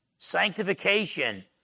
sanctification